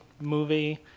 movie